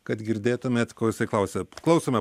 kad girdėtumėt ko jisai klausia klausome